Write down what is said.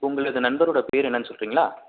உங்களது நண்பரோடய பேர் என்னென்னு சொல்கிறிங்களா